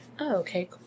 okay